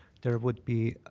there would be